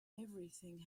everything